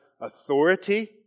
authority